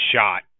shot